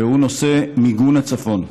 והוא נושא מיגון הצפון.